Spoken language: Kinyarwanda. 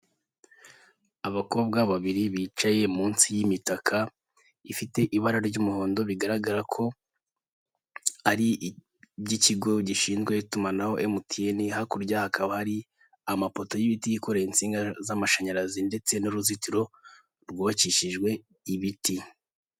Abakobwa babiri bicaye munsi y'imitaka ifite ibara ry'umuhondo bigaragara ko ari iby'ikigo gishinzwe itumanaho emutiyene, hakurya hakaba ari amapoto y'ibiti yikoreye insinga z'amashanyarazi ndetse n'uruzitiro rwubakishijwe ibiti.